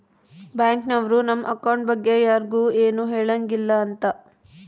bank ನವ್ರು ನಮ್ account ಬಗ್ಗೆ ಯರ್ಗು ಎನು ಹೆಳಂಗಿಲ್ಲ ಅಂತ